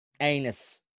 Anus